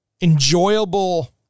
enjoyable